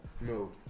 No